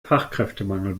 fachkräftemangel